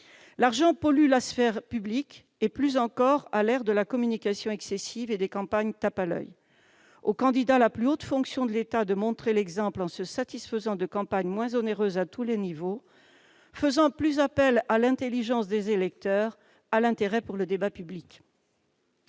L'argent pollue la sphère publique, et plus encore à l'ère de la communication excessive et des campagnes tape-à-l'oeil. Aux candidats à la plus haute fonction de l'État de montrer l'exemple en se satisfaisant de campagnes moins onéreuses à tous les niveaux, lesquelles feront davantage appel à l'intelligence des électeurs et à l'intérêt pour le débat public.